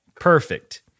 Perfect